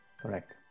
Correct